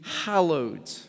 hallowed